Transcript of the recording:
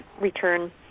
return